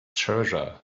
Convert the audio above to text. treasure